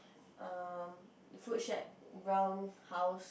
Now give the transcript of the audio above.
um food shack brown house